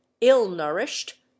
ill-nourished